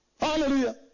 Hallelujah